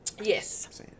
Yes